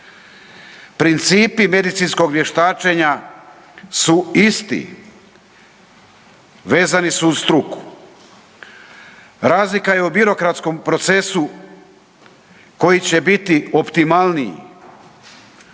Principi medicinskog vještačenja su isti. Vezani su uz struku. Razlika je u birokratskom procesu koji će biti optimalniji.